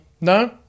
No